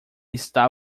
está